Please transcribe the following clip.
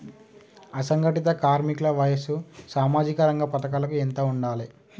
అసంఘటిత కార్మికుల వయసు సామాజిక రంగ పథకాలకు ఎంత ఉండాలే?